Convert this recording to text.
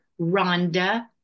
Rhonda